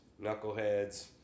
knuckleheads